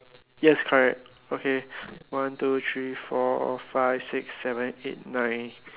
yes correct okay one two three four five six seven eight nine